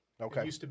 Okay